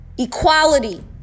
Equality